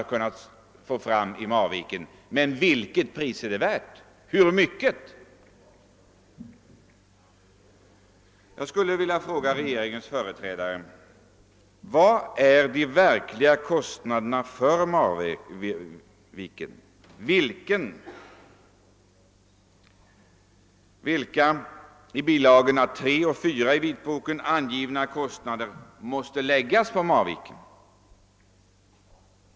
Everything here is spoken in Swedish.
Jag ställer emellertid frågan om det varit värt så mycket som blivit fallet. Jag vill till regeringens företrädare ställa följande fråga: Vilka är de verkliga kostnaderna för Marviken? Vilka i bilagorna 3 och 4 i vitboken angivna kostnader måste räknas in i kalkylen för Marviken?